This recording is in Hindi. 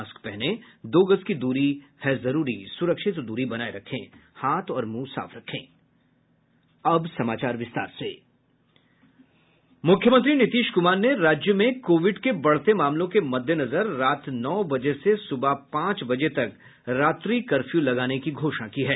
मास्क पहनें दो गज दूरी है जरूरी सुरक्षित दूरी बनाये रखें हाथ और मुंह साफ रखें मुख्यमंत्री नीतीश क्मार ने राज्य में कोविड के बढ़ते मामलों के मद्देनजर रात नौ बजे से सुबह पांच बजे तक रात्रि कर्फ्यू लगाने की घोषणा की है